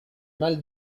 mal